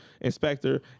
inspector